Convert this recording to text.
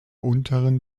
unteren